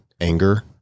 anger